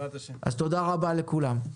תודה רבה לכולם.